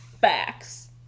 Facts